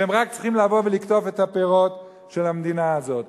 והם רק צריכים לבוא ולקטוף את הפירות של המדינה הזאת.